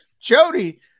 Jody